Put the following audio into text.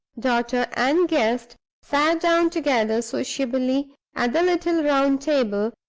daughter, and guest sat down together sociably at the little round table,